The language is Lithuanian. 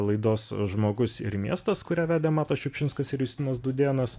laidos žmogus ir miestas kurią vedė matas šiupšinskas ir justinas dūdėnas